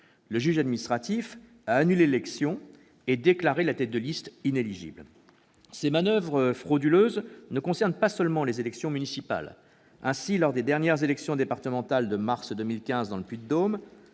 Le juge administratif a annulé l'élection et déclaré la tête de liste inéligible. Ces manoeuvres frauduleuses ne concernent pas seulement les élections municipales. Ainsi, lors des dernières élections départementales de mars 2015 dans le Puy-de-Dôme,